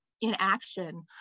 inaction